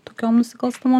tokiom nusikalstamom